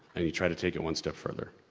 and you try to take it one step further.